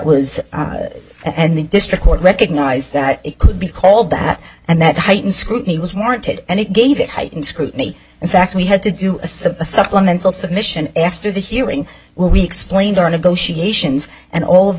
was and the district court recognized that it could be called that and that heightened scrutiny was warranted and it gave it heightened scrutiny in fact we had to do a simple supplemental submission after the hearing we explained our negotiations and all of the